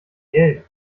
gelb